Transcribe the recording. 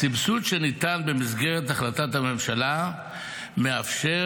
הסבסוד שניתן במסגרת החלטת הממשלה מאפשר